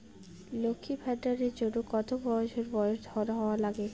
লক্ষী ভান্ডার এর জন্যে কতো বছর বয়স হওয়া লাগে?